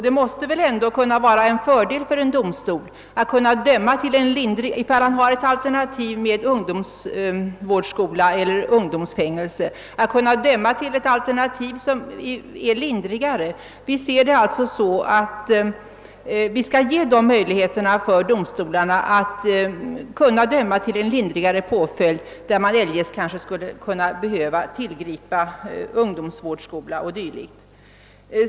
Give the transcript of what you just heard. Det måste väl ändå kunna vara en fördel för en domstol att inför valet av ungdomsvårdsskola eller ungdomsfängelse kunna välja ett lindrigare alternativ. Vi anser alltså att domstolarna skall beredas möjlighet att döma till en lindrigare påföljd och inte vara tvungna att tillgripa ungdomsvårdsskola eller dylikt.